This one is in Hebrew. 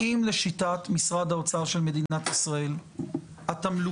האם לשיטת משרד האוצר של מדינת ישראל התמלוגים